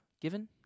given